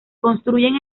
construyen